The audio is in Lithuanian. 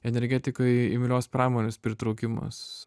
energetikai imlios pramonės pritraukimas